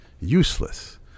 useless